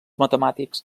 matemàtics